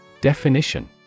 Definition